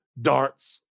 darts